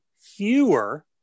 fewer